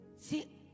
See